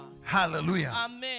Hallelujah